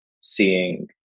seeing